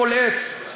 כל עץ.